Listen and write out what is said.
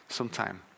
sometime